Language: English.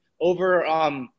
Over